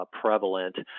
prevalent